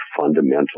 fundamental